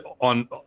on